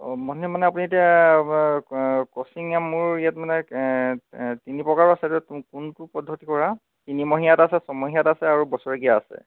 অঁ মানে মানে আপুনি এতিয়া আপোনাৰ কোচিং মোৰ ইয়াত মানে তিনি প্ৰকাৰৰ আছে এতিয়া কোনটো পদ্ধতি কৰা তিনিমহীয়াত আছে ছমহীয়াত আছে আৰু বছৰেকীয়া আছে